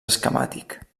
esquemàtic